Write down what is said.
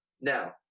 Now